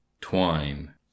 Twine